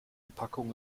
packung